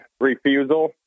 refusal